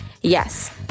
yes